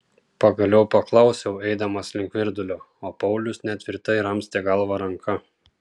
pagaliau paklausiau eidamas link virdulio o paulius netvirtai ramstė galvą ranka